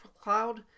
cloud